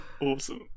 Awesome